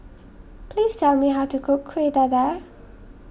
please tell me how to cook Kueh Dadar